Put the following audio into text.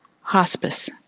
hospice